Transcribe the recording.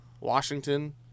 Washington